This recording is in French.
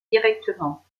directement